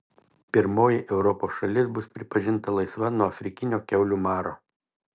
pirmoji europos šalis bus pripažinta laisva nuo afrikinio kiaulių maro